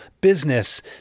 business